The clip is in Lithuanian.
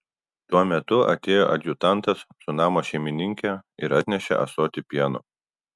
tuo metu atėjo adjutantas su namo šeimininke ir atnešė ąsotį pieno